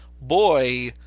boy